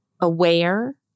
aware